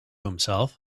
himself